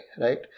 right